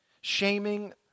shaming